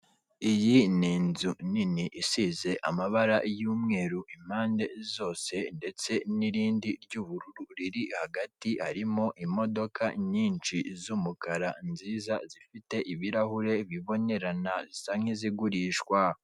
Iyi ni inzu nini isize amabara y'umweru impande zose ndetse n'irindi ry'ubururu riri hagati harimo imodoka nyinshi z'umukara nziza zifite ibirahure bibonerana zisa nk'izigurishwa.